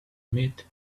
meet